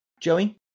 Joey